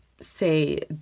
say